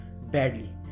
badly